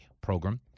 program